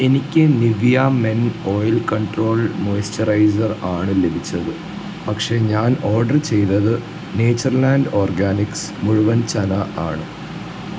എനിക്ക് Nivea men oil control moisturiser ആണ് ലഭിച്ചത് പക്ഷേ ഞാൻ ഓർഡർ ചെയ്തത് നേച്ചർലാൻഡ് ഓർഗാനിക്സ് മുഴുവൻ ചനാ ആണ്